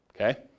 okay